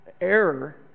error